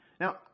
Now